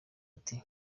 ati